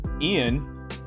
ian